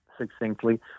succinctly